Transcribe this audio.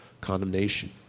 condemnation